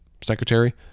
Secretary